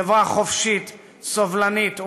חברה חופשית, סובלנית ומכבדת,